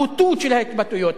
הבוטוּת של ההתבטאויות,